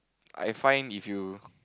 I find if you